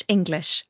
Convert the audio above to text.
English